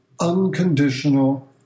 unconditional